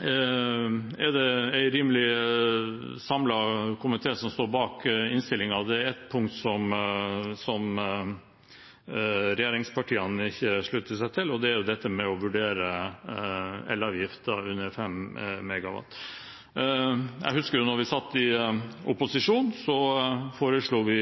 Det er en rimelig samlet komité som står bak innstillingen. Det er ett punkt som regjeringspartiene ikke slutter seg til, og det er dette med å vurdere redusert elavgift for datasentre med uttak under 5 MW. Jeg husker at da vi satt i opposisjon, foreslo vi